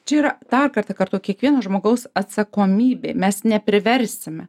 čia yra dar kartą kartoju kiekvieno žmogaus atsakomybė mes nepriversime